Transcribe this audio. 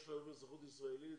יש להם אזרחות ישראלית,